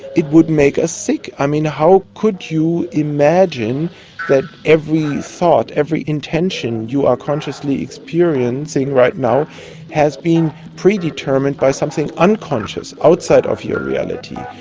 it would make us sick. i mean, how could you imagine that every thought, every intention you are consciously experiencing right now has been predetermined by something unconscious outside of your reality.